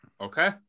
Okay